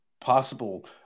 possible